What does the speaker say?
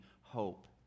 hope